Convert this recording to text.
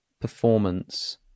performance